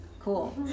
Cool